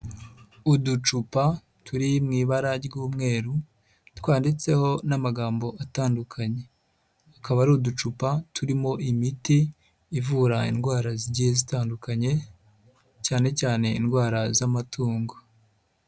Uducupa turi mu ibara ry'umweru, twanditseho n'amagambo atandukanye. Akaba ari uducupa turimo imiti ivura indwara zigiye zitandukanye, cyane cyane indwara z'amatungo.